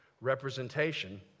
representation